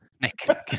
Nick